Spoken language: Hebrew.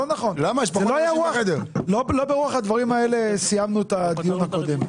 לא ברוח הדברים האלה סיימנו את הדיון הקודם.